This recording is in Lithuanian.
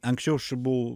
anksčiau aš buvau